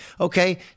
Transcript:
Okay